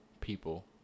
People